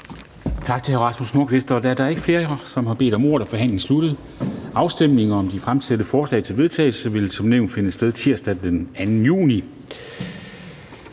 Tak til hr. Rasmus Nordqvist. Da der ikke er flere, som har bedt om ordet, er forhandlingen sluttet. Afstemningen om de fremsatte forslag til vedtagelse vil som nævnt finde sted tirsdag den 2. juni